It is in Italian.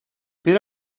per